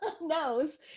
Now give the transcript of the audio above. knows